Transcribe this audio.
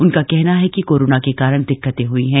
उनका कहना है कि कोरोना के कारण दिक्कतें हुई हैं